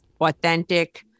authentic